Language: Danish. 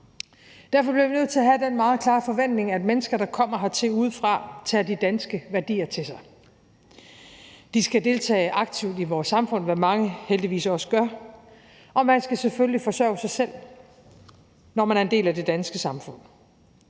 Derfor bliver vi nødt til at have den meget klare forventning, at mennesker, der kommer hertil udefra, tager de danske værdier til sig. Man skal deltage aktivt i vores samfund, hvad mange heldigvis også gør, og man skal selvfølgelig forsørge sig selv, når man er en del af det danske samfund.